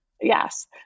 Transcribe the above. Yes